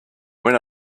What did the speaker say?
when